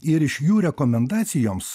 ir iš jų rekomendacijoms